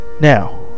Now